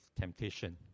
temptation